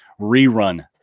rerun